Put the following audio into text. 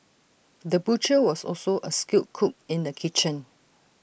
the butcher was also A skilled cook in the kitchen